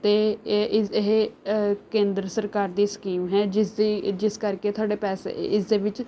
ਅਤੇ ਇਹ ਇਸ ਇਹ ਕੇਂਦਰ ਸਰਕਾਰ ਦੀ ਸਕੀਮ ਹੈ ਜਿਸਦੀ ਜਿਸ ਕਰਕੇ ਤੁਹਾਡੇ ਪੈਸੇ ਇਸਦੇ ਵਿੱਚ